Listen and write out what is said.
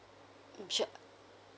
mm sure